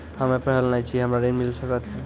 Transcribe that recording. हम्मे पढ़ल न छी हमरा ऋण मिल सकत?